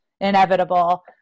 inevitable